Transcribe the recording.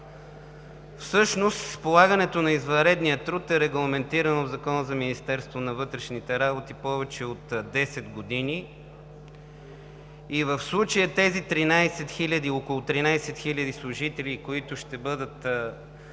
Всъщност полагането на извънредния труд е регламентирано в Закона за Министерството на вътрешните работи повече от 10 години и в случая тези около 13 хиляди служители, които ще бъдат